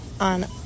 on